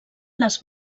les